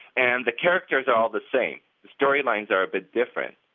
and the characters are all the same. the story lines are a bit different,